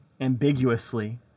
ambiguously